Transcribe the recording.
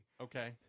Okay